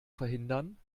verhindern